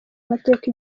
mateka